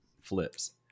flips